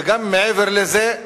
וגם מעבר לזה,